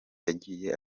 yagiye